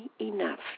enough